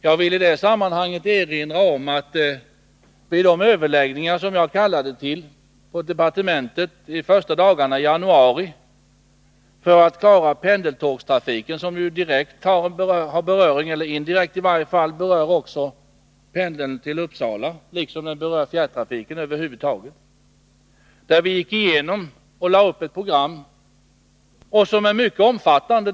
Jag vill i detta sammanhang erinra om de överläggningar på departementet som jag kallade till under de första dagarna i januari för att klara pendeltågstrafiken, som direkt eller i varje fall indirekt berör pendeln till Uppsala liksom den berör fjärrtrafiken över huvud taget. Där gick vi igenom och lade upp ett program, som är mycket omfattande.